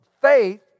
faith